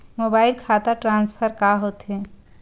Mobile खाता transfer का होथे?